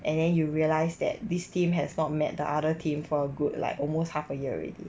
and then you realise that this team has not met the other team for a good like almost half a year already